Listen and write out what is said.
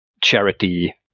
charity